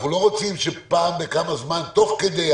ואנחנו לא רוצים שפעם בכמה זמן תוך כדי.